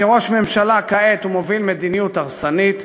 כראש ממשלה כעת הוא מוביל מדיניות הרסנית,